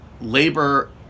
labor